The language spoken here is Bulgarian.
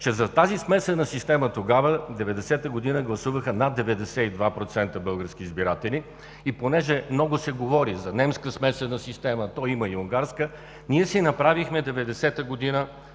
че с тази смесена система тогава, в 1990 г. гласуваха над 92% български избиратели. И понеже много се говори за немска смесена система, има и унгарска, ние си направихме 1990 г.